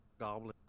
goblin